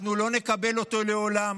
אנחנו לא נקבל אותו לעולם,